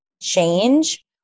change